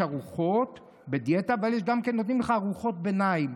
יש בדיאטה ארוחות אבל גם נותנים לך ארוחות ביניים,